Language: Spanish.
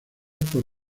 por